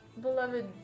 beloved